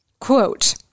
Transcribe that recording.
Quote